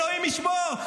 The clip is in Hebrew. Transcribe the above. אלוהים ישמור.